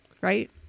right